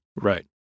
right